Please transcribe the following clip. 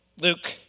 Luke